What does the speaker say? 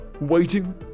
waiting